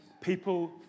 People